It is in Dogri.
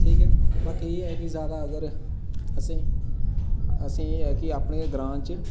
ठीक ऐ बाकी इ'यै कि ज्यादा अगर असेंगी असें एह् ऐ कि आपने गै ग्रां च